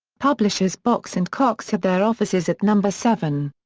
publishers box and cox had their offices at number seven.